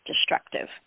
destructive